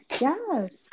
Yes